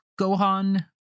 Gohan